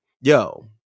yo